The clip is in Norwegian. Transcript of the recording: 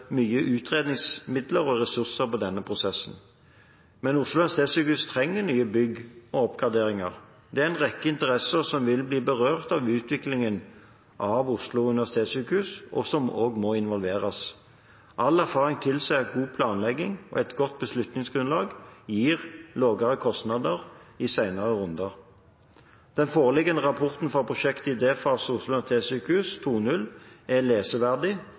mye utredningsmidler og ressurser i denne prosessen. Men Oslo universitetssykehus trenger nye bygg og oppgraderinger. Det er en rekke interesser som vil bli berørt av utviklingen av Oslo universitetssykehus, og som også må involveres. All erfaring tilsier at god planlegging og et godt beslutningsgrunnlag gir lavere kostnader i senere runder. Den foreliggende rapporten fra prosjektet, «Idéfaserapport Oslo universitetssykehus, versjon 2.0», er lesverdig og